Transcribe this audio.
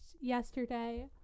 yesterday